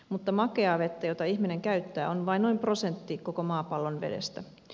mutta makeaa vettä jota ihminen käyttää on vain noin prosentti koko maapallon vedestä